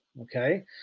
okay